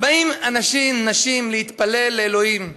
באים אנשים, נשים, להתפלל לאלוהים,